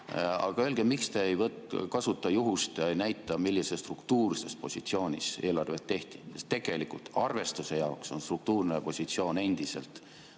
Aga öelge, miks te ei kasuta juhust ega näita, millises struktuurses positsioonis eelarvet tehti. Tegelikult arvestuse jaoks on struktuurne positsioon endiselt